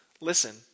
Listen